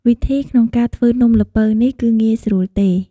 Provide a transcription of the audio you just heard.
វិធីក្នុងការធ្វើនំល្ពៅនេះគឺងាយស្រួលទេ។